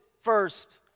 first